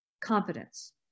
confidence